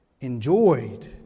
enjoyed